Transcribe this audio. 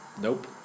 Nope